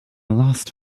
lost